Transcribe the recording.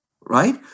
right